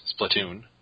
Splatoon